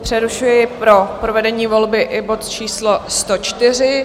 Přerušuji pro provedení volby i bod číslo 104.